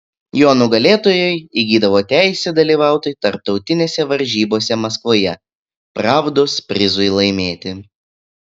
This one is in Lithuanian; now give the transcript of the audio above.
jo nugalėtojai įgydavo teisę dalyvauti tarptautinėse varžybose maskvoje pravdos prizui laimėti